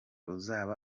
uzaba